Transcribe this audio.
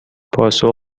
پاسخ